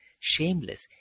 Shameless